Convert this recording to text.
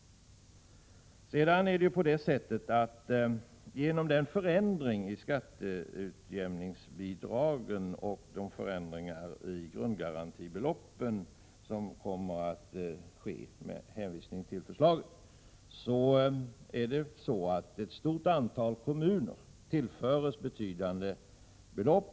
Genom förändringarna i skatteutjämningsbidraget och de förändringar i Prot. 1987/88:111 grundgarantibeloppen som kommer att ske med anledning av förslaget 29 april 1988 tillförs ett stort antal kommuner betydande belopp.